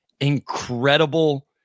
Incredible